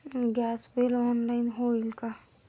Gas bill online होईल का?